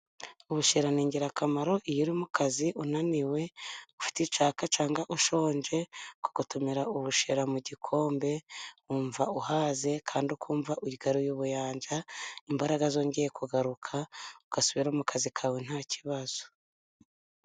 Ubushera ni ingirakamaro, iyo uri mu kazi unaniwe ufite icyaka, cyangwa ushonje, ukagotomera ubushera mu gikombe wumva uhaze, kandi ukumva ugaruye ubuyanja, imbaraga zongeye kugaruka, ugasubira mu kazi kawe nta kibazo.